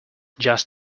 just